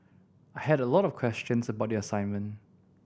I had a lot of questions about the assignment